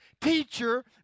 teacher